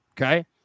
okay